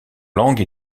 langue